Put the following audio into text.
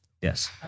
yes